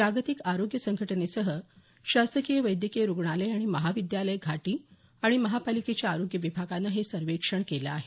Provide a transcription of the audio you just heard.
जागतिक आरोग्य संघटनेसह शासकीय वैद्यकीय रुग्णालय आणि महविद्यालय घाटी आणि महापालिकेच्या आरोग्य विभागानं हे सर्वेक्षण केलं आहे